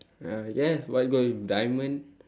uh yes white gold with diamond